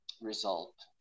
result